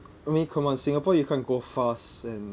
I mean come on singapore you can't go fast and